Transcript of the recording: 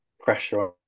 pressure